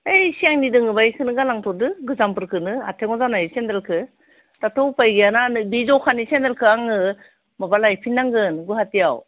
होइ सिगांनि दोङोबा बेखौनो गालांथ'दो गोजामफोरखौनो आथेंआव जानाय सेन्दोलखौ दाथ' उफाय गैया ना नो दि जखानि सेन्देलखौ आङो माबा लाइफिननांगोन गुवाहाटीआव